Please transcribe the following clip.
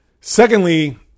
Secondly